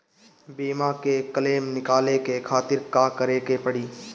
बीमा के क्लेम निकाले के खातिर का करे के पड़ी?